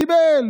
קיבל.